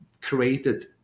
created